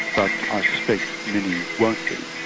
but i suspect many won't be,